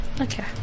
okay